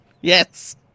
Yes